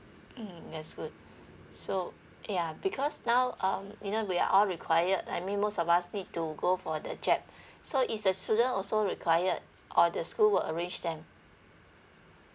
mmhmm that's good so yeah because now um you know we are all required like I mean most of us need to go for the jab so is the student also required or the school will arrange them